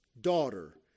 daughter